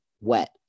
wet